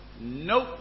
Nope